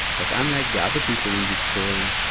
but unlike the other people in this story,